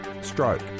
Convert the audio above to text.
Stroke